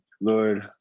Lord